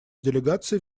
делегаций